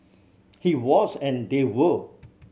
he was and they were